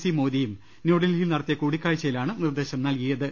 C മ്പോദിയും ന്യൂഡൽഹി യിൽ നടത്തിയ കൂടിക്കാഴ്ചയിലാണ് നിർദേശം നൽകിയത്